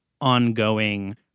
ongoing